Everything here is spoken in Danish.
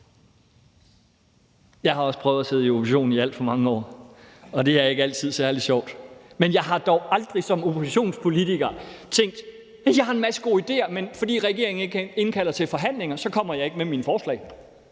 Jeg har også prøvet at sidde i opposition i alt for mange år, og det er ikke altid særlig sjovt. Men jeg har dog aldrig som oppositionspolitiker tænkt: Jeg har en masse gode idéer, men fordi regeringen ikke indkalder til forhandlinger, kommer jeg ikke med mine forslag.